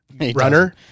runner